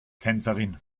tänzerin